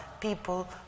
people